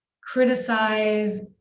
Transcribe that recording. criticize